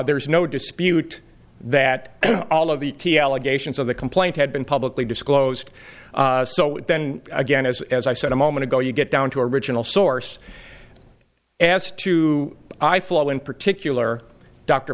there's no dispute that all of the allegations of the complaint had been publicly disclosed so then again as as i said a moment ago you get down to original source as to i follow in particular dr